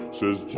says